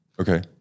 Okay